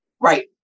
Right